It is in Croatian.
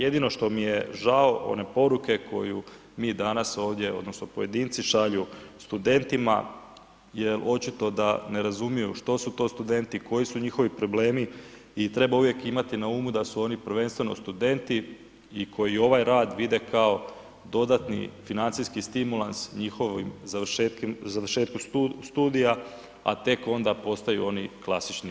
Jedino što mi je žao one poruke koju mi danas ovdje odnosno pojedinci šalju studentima jel očito da ne razumiju što su to studenti, koji su njihovi problemi i treba uvijek imati na umu da su oni prvenstveno studenti i koji ovaj rad vide kao dodatni financijski stimulans njihovom završetku studija, a tek onda postaju oni klasični radnici.